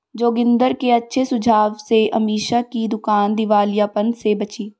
जोगिंदर के अच्छे सुझाव से अमीषा की दुकान दिवालियापन से बची